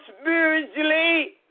spiritually